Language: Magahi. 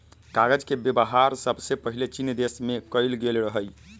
कागज के वेबहार सबसे पहिले चीन देश में कएल गेल रहइ